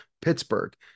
Pittsburgh